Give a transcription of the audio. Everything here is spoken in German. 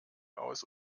aus